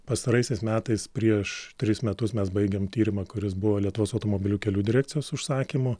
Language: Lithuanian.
pastaraisiais metais prieš tris metus mes baigėm tyrimą kuris buvo lietuvos automobilių kelių direkcijos užsakymu